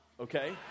Okay